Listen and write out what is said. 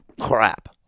crap